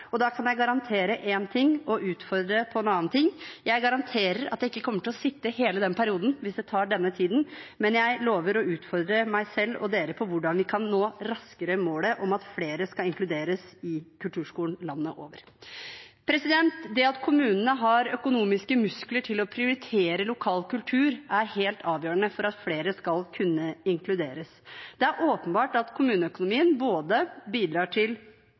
Og da kan jeg garantere én ting og utfordre på en annen ting: Jeg garanterer at jeg ikke kommer til å sitte hele den perioden hvis det tar denne tiden, men jeg lover å utfordre meg selv og dere på hvordan vi raskere kan nå målet om at flere skal inkluderes i kulturskolen landet over. Det at kommunene har økonomiske muskler til å prioritere lokal kultur, er helt avgjørende for at flere skal kunne inkluderes. Det er åpenbart at kommuneøkonomien både